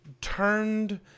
turned